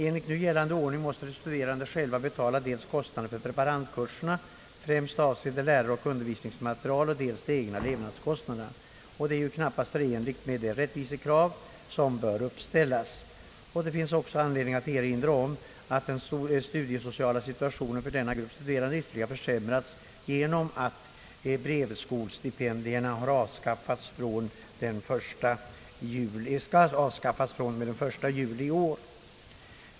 Enligt nu gällande ordning måste de studerande själva betala dels kostnaderna för preparandkurserna — främst avseende lärare och undervisningsmateriel — och dels de egna levnadskostnaderna. Detta är knappast förenligt med de rättvisekrav som bör uppställas. Det finns också anledning att erinra om att den studiesociala situationen för denna grupp studerande ytterligare försämras genom att brevskolestipendierna skall avskaffas fr.o.m. den 1 juli i år.